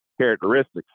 characteristics